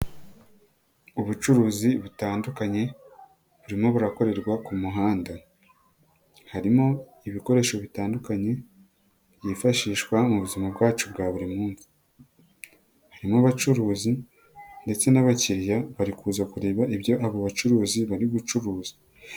Ubucuruzi butandukanye burimo burakorerwa ku muhanda, harimo ibikoresho bitandukanye byifashishwa mu buzima bwacu bwa buri munsi, harimo abacuruzi ndetse n'abakiriya bari kuza kureba ibyo abo bacuruzi bari gucuruza.